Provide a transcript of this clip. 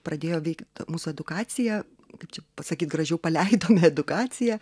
pradėjo veikt mūsų edukacija kaip čia pasakyt gražiau paleidome edukaciją